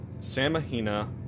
Samahina